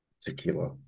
Tequila